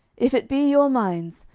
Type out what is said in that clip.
if it be your minds,